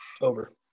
Over